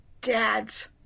dads